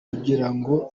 kugirango